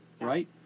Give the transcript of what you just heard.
right